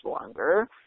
longer